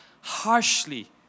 harshly